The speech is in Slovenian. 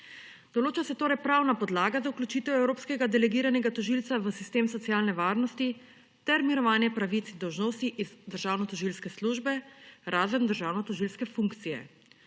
Določa se torej pravna podlaga za vključitev evropskega delegiranega tožilca v sistem socialne varnosti ter mirovanje pravic in dolžnosti iz državnotožilske službe, razen državnotožilske funkcije.